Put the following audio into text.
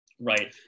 Right